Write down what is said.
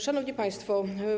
Szanowni Państwo!